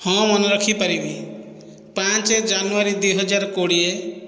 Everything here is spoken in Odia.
ହଁ ମନେ ରଖି ପାରିବି ପାଞ୍ଚ ଜାନୁଆରୀ ଦୁଇ ହଜାର କୋଡ଼ିଏ